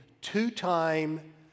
two-time